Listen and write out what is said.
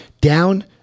down